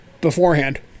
beforehand